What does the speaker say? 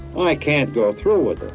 um i can't go through with it